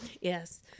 Yes